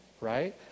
right